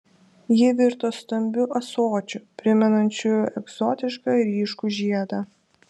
ji virto stambiu ąsočiu primenančiu egzotišką ryškų žiedą